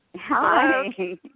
Hi